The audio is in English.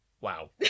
Wow